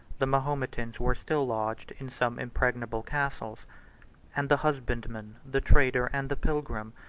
the mahometans were still lodged in some impregnable castles and the husbandman, the trader, and the pilgrim,